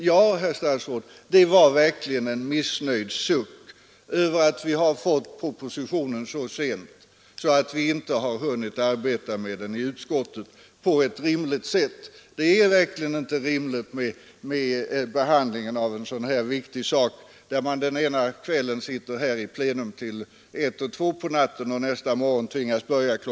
Ja, herr statsråd, det var verkligen en missnöjd suck över att vi har fått propositionen så sent att vi inte har hunnit arbete med den i utskottet på ett rimligt sätt. Det är inte ett rimligt sätt att behandla en sådan här viktig sak när man den ena kvällen sitter här i kammaren i plenum till kl. 1 och 2 på natten och nästa morgon måste börja kl.